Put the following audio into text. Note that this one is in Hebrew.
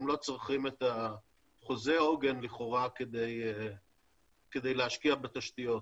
הם לא צריכים את חוזה העוגן לכאורה כדי להשקיע בתשתיות,